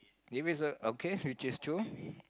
if it's a okay which is true